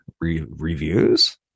Reviews